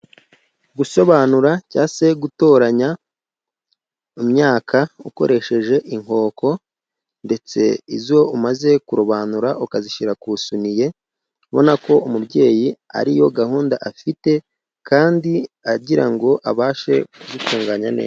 Gusobanura cyangwa se gutoranya imyaka ukoresheje inkoko, ndetse izo umaze kurobanura ukazishyira ku isiniya. Ubona ko umubyeyi ari yo gahunda afite kandi agira ngo abashe kuzitunganya neza.